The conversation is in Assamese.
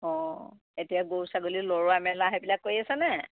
অঁ এতিয়া গৰু ছাগলী লৰোৱা মেলা সেইবিলাক কৰি আছে নে